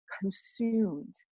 consumed